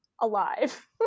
alive